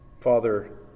Father